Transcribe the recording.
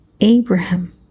abraham